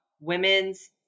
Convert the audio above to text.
women's